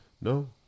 No